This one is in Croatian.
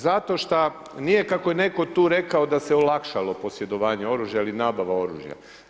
Zato što nije kako je netko tu rekao da se olakšalo posjedovanje oružja ili nabava oružja.